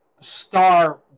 Star